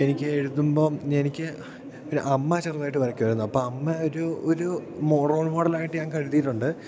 എനിക്ക് എഴുതുമ്പം എനിക്ക് അമ്മ ചെറുതായിട്ട് വരയ്ക്കുമായിരുന്നു അപ്പം അമ്മ ഒരു ഒരു റോൾ മോഡലായിട്ട് ഞാൻ കരുതിയിട്ടുണ്ട്